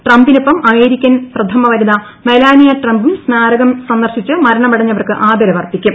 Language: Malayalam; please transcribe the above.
ട്രംപിനൊപ്പം അമേരിക്കൻ പ്രഥമ വനിത മെലാനിയ ട്രംപും സ്മാരകം സന്ദർശിച്ച് മരണമടഞ്ഞ വർക്ക് ആദരവ് അർപ്പിക്കും